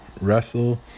wrestle